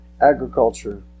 agriculture